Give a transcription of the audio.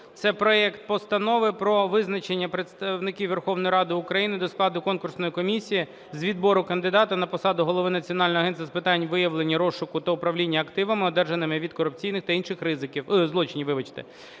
це проект Постанови про визначення представників Верховної Ради України до складу конкурсної комісії з відбору кандидата на посаду Голови Національного агентства з питань виявлення, розшуку та управління активами, одержаними від корупційних та інших ризиків